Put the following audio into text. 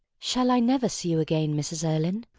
shall i never see you again, mrs. erlynne?